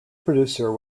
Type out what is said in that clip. producer